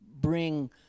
bring